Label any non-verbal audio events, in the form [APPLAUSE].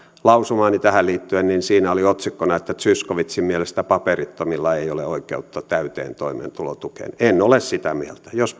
lausumaani tähän liittyen niin siinä oli otsikkona että zyskowiczin mielestä paperittomilla ei ole oikeutta täyteen toimeentulotukeen en ole sitä mieltä jos [UNINTELLIGIBLE]